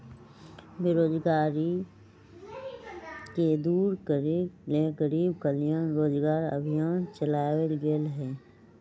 बेरोजगारी के दूर करे ला गरीब कल्याण रोजगार अभियान चलावल गेले है